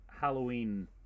Halloween